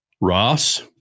ross